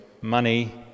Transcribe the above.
money